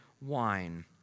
wine